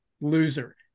loser